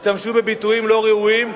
הם השתמשו בביטויים לא ראויים,